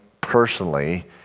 personally